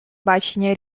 бачення